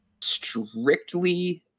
strictly